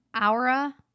aura